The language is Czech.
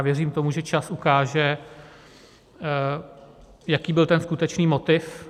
Věřím tomu, že čas ukáže, jaký byl skutečný motiv.